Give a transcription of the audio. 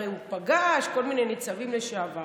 הרי הוא פגש כל מיני ניצבים לשעבר.